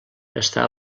està